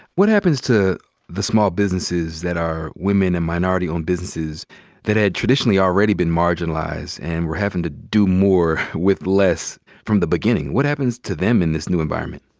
what happens to the small businesses that are women and minority-owned businesses that had traditionally already been marginalized and were having to do more with less from the beginning? what happens to them in this new environment?